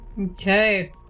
okay